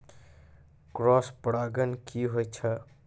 Cross परागण की होय छै?